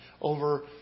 over